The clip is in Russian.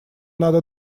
надо